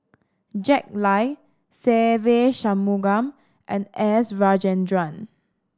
Jack Lai Se Ve Shanmugam and S Rajendran